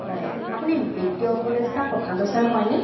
হয় আপুনি বিত্তীয় উপদেষ্টা প্ৰশান্ত ছাৰ হয়নে